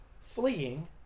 fleeing